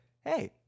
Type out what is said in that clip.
hey